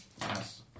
Yes